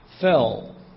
fell